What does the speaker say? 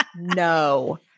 No